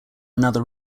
another